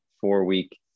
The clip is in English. four-week